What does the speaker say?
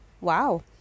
wow